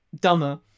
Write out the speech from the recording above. dumber